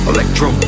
Electro